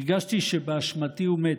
הרגשתי שבאשמתי הוא מת.